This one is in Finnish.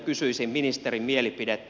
kysyisin ministerin mielipidettä